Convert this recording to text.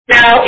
Now